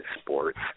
sports